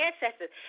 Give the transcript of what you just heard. ancestors